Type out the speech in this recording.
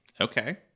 Okay